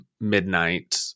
midnight